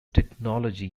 technology